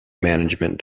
management